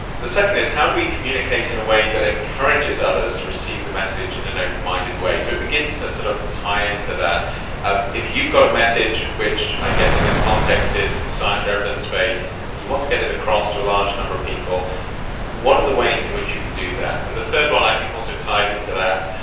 the second is, how do we communicate in a way that encourages others to receive the message in an open minded way? so, it begins to sort of tie into that um if you've got a message which i guess in this context is is science or evidence based and you want to get it across to the large number of people what are the ways in which you can do that? and the third one i think so ties into that,